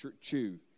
Chew